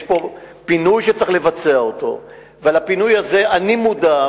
יש פה פינוי שצריך לבצע אותו ולפינוי הזה אני מודע,